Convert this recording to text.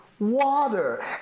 Water